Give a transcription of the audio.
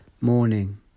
Morning